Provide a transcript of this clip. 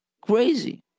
crazy